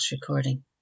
recording